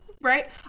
Right